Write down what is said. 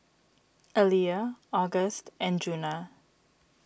Aliyah August and Djuna